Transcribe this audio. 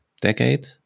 decade